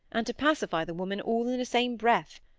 and to pacify the woman all in the same breath.